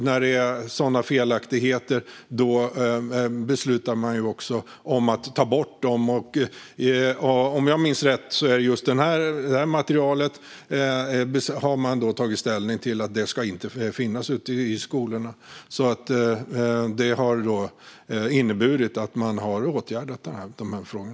När det är sådana felaktigheter beslutar man också om att ta bort dem. Om jag minns rätt har man när det gäller just detta material gjort ställningstagandet att det inte ska finnas ute i skolorna, vilket har inneburit att man har åtgärdat dessa frågor.